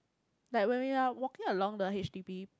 like when we are walking along the H_D_B